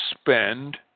spend